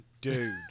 dude